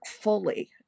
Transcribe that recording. fully